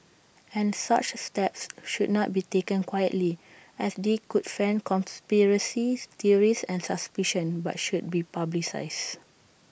and such steps should not be taken quietly as they could fan conspiracies theories and suspicion but should be publicised